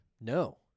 No